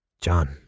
John